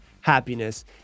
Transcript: happiness